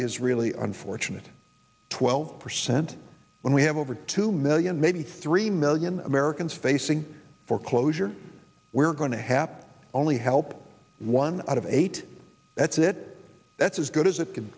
is really unfortunate twelve percent when we have over to my million maybe three million americans facing foreclosure were going to happen only help one out of eight that's it that's as good as it c